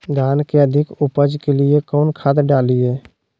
धान के अधिक उपज के लिए कौन खाद डालिय?